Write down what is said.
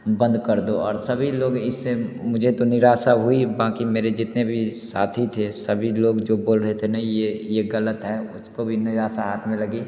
बंद कर दो और सभी लोग इससे मुझे तो निराशा हुई बाकि मेरे जितने भी साथी थे सभी लोग जो बोल रहे थे नहीं ये ये गलत है उसको भी निराशा हाथ में लगी